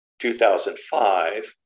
2005